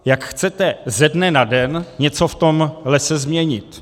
Jak chcete ze dne na den něco v tom lese změnit?